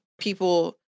people